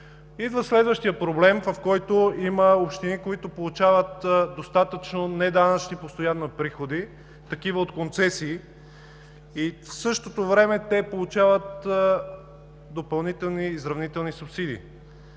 Идва следващият проблем, в който има общини, които получават достатъчно неданъчни постоянни приходи, такива от концесии, и в същото време получават допълнителни изравнителни субсидии.